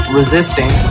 resisting